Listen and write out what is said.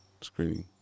Screening